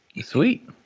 Sweet